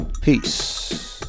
peace